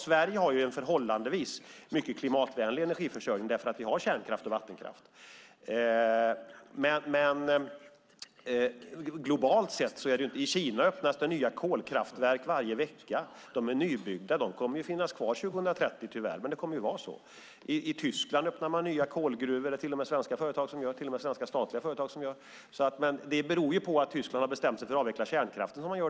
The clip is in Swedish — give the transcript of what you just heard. Sverige har en förhållandevis mycket klimatvänlig energiförsörjning därför att vi har kärnkraft och vattenkraft. Men så är det inte globalt. I Kina öppnas nya kolkraftverk varje vecka. De är nybyggda, och de kommer tyvärr att finnas kvar 2030. Men det kommer att vara så. I Tyskland öppnar man nya kolgruvor. Det är till och med svenska statliga företag som gör det. Att man gör det i Tyskland beror på att man har bestämt sig för att avveckla kärnkraften.